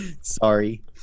Sorry